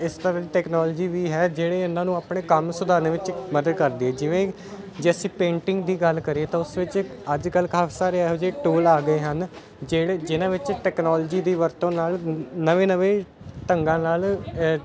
ਇਸ ਤਰ੍ਹਾਂ ਦੀ ਟੈਕਨੋਲਜੀ ਵੀ ਹੈ ਜਿਹੜੇ ਇਹਨਾਂ ਨੂੰ ਆਪਣੇ ਕੰਮ ਸੁਧਾਰਨ ਵਿੱਚ ਮਦਦ ਕਰਦੀ ਜਿਵੇਂ ਜੇ ਅਸੀਂ ਪੇਂਟਿੰਗ ਦੀ ਗੱਲ ਕਰੀਏ ਤਾਂ ਉਸ ਵਿੱਚ ਅੱਜ ਕੱਲ੍ਹ ਕਾਫੀ ਸਾਰੇ ਇਹੋ ਜਿਹੇ ਟੂਲ ਆ ਗਏ ਹਨ ਜਿਹੜੇ ਜਿਹਨਾਂ ਵਿੱਚ ਟੈਕਨੋਲਜੀ ਦੀ ਵਰਤੋਂ ਨਾਲ ਨਵੇਂ ਨਵੇਂ ਢੰਗਾਂ ਨਾਲ